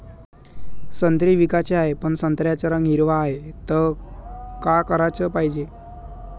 संत्रे विकाचे हाये, पन संत्र्याचा रंग हिरवाच हाये, त का कराच पायजे?